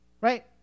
Right